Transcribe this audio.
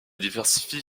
diversifie